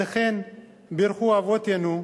על כן בירכו אבותינו: